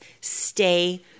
stay